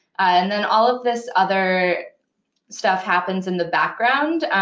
and then all of this other stuff happens in the background.